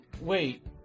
wait